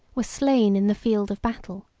were slain in the field of battle.